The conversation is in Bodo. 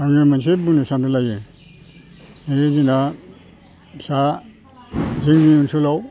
आङो मोनसे बुंनो सानदोंलायो बे जोंना फिसा जोंनि ओनसोलाव